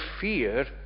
fear